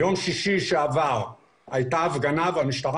ביום שישי שעבר הייתה הפגנה והמשטרה